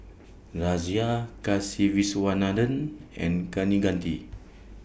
Razia Kasiviswanathan and Kaneganti